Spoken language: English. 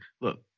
look